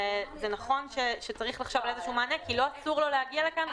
ונכון שצריך לחשוב על מענה כי לא אסור לו להגיע לכאן,